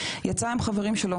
יצא עם חברים שלו.